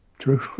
true